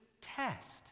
test